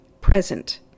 present